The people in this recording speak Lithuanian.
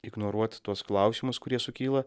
ignoruot tuos klausimus kurie sukyla